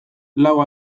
lau